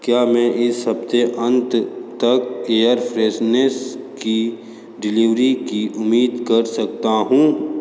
क्या मैं इस हफ़्ते अंत तक एयर फ्रेसनेस की डिलीवरी की उम्मीद कर सकता हूँ